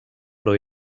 però